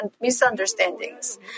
misunderstandings